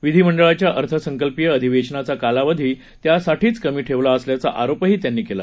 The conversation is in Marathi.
विधीमंडळाच्या अर्थसंकल्पीय अधिवेशनाचा कालावधी त्यासाठीच कमी ठेवला असल्याचा आरोपही त्यांनी केला